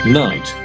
night